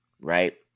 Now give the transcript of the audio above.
right